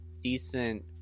decent